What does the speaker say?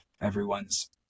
Everyone's